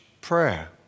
prayer